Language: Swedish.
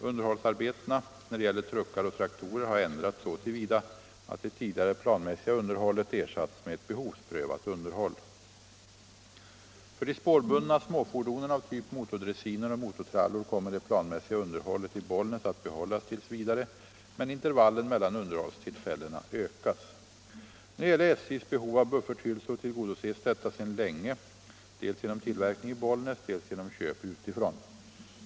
Underhållsarbetena när det gäller truckar och traktorer har ändrats så till vida att det tidigare planmässiga underhållet ersatts med ett behovsprövat underhåll. För de spårbundna småfordonen av typ motordressiner och motortrallor kommer det planmässiga underhållet i Bollnäs att behållas t. v., men intervallen mellan underhållstillfällena ökas. När det gäller SJ:s behov av bufferthylsor tillgodoses detta sedan länge dels genom tillverkning i Bollnäs, dels genom köp utifrån.